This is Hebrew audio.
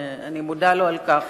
ואני מודה לו על כך.